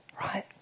right